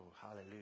hallelujah